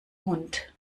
hund